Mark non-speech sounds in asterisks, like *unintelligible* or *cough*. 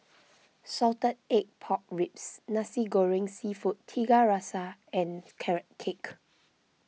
Salted Egg Pork Ribs Nasi Goreng Seafood Tiga Rasa and *unintelligible* Carrot Cake